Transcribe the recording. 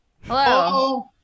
hello